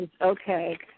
Okay